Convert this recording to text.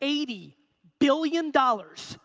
eighty billion dollars